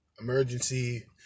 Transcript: emergency